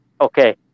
Okay